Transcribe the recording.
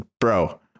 bro